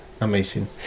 amazing